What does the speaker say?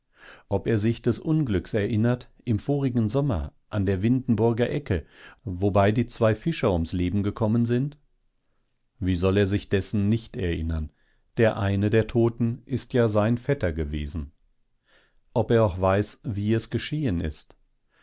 ob er sich des unglücks erinnert im vorigen sommer an der windenburger ecke wobei die zwei fischer ums leben gekommen sind wie soll er sich dessen nicht erinnern der eine der toten ist ja sein vetter gewesen ob er auch weiß wie es geschehen ist